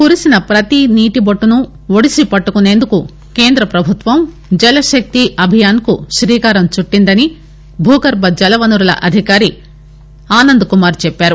కురిసిన పతి నీటి బొట్లును ఒడిసి పట్లుకునేందుకు కేంద ప్రభుత్వం జలశక్తి అభియాన్కు శ్రీకారం చుట్లిందని భూగర్భ జలవనరుల అధికారి ఆనంద్కుమార్ చెప్పారు